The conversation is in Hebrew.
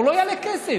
הוא לא יעלה כסף.